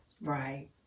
Right